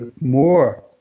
more